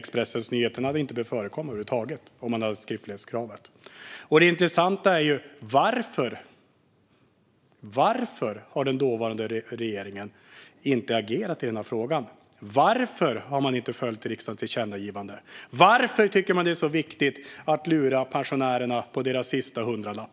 Expressens nyhet hade inte behövt förekomma om man hade haft ett skriftlighetskrav. Det intressanta är: Varför har den dåvarande regeringen inte agerat i den här frågan? Varför har man inte följt riksdagens tillkännagivande? Varför tycker man att det är så viktigt att lura pensionärerna på deras sista hundralapp?